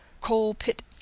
coal-pit